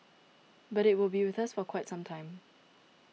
but it will be with us for quite some time